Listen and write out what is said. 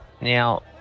Now